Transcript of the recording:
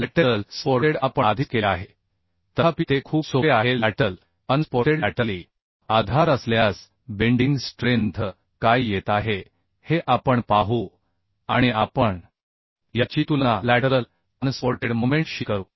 lateral supported आपण आधीच केले आहे तथापि ते खूप सोपे आहे लॅटरल अनसपोर्टेड लॅटरली आधार असल्यास बेंडिंग स्ट्रेंथ काय येत आहे हे आपण पाहू आणि आपण याची तुलना लॅटरल अनसपोर्टेड मोमेंट शी करू